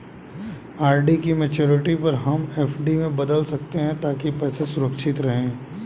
RD की maturity पर हम एफ.डी में बदल सकते है ताकि पैसे सुरक्षित रहें